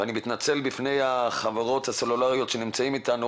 אני מתנצל בפני החברות הסלולריות שנמצאות איתנו